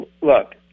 look